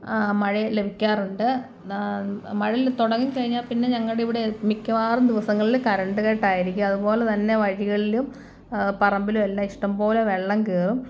മഴ ലഭിക്കാറുണ്ട് മഴ തുടങ്ങിക്കഴിഞ്ഞാൽ പിന്നെ ഞങ്ങളുടെ ഇവിടെ മിക്കവാറും ദിവസങ്ങളിൽ കറണ്ട് കട്ടായിരിക്കും അതുപോലെതന്നെ വഴികളിലും പറമ്പിലും എല്ലാം ഇഷ്ടംപോലെ വെള്ളം കയറും